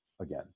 again